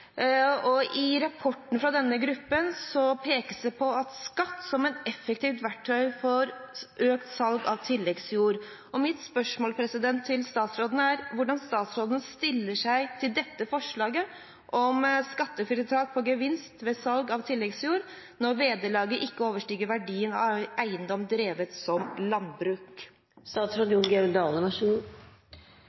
leiejordproblematikk. I rapporten fra denne gruppen pekes det på skatt som et effektivt verktøy for økt salg av tilleggsjord. Mitt spørsmål til statsråden er hvordan han stiller seg til forslaget om skattefritak for gevinst ved salg av tilleggsjord når vederlaget ikke overstiger verdien av eiendom drevet som